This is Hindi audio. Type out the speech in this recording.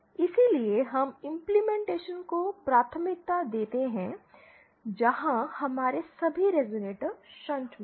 इसलिए हम इंपलीमेनटेशन को प्राथमिकता देते हैं जहां हमारे सभी रेज़ोनेटर शंट में हैं